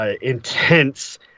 intense